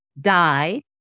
Die